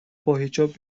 باحجاب